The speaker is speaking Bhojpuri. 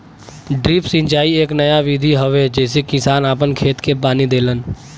ड्रिप सिंचाई एक नया विधि हवे जेसे किसान आपन खेत के पानी देलन